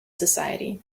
society